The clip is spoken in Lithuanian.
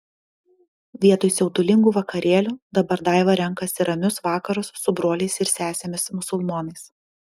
vietoj siautulingų vakarėlių dabar daiva renkasi ramius vakarus su broliais ir sesėmis musulmonais